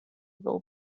will